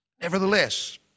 Nevertheless